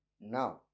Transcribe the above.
now